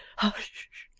hush!